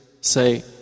say